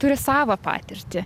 turi savą patirtį